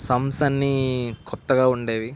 sums అన్నీ కొత్తగా ఉండేవి